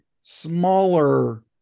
smaller